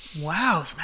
Wow